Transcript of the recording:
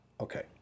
Okay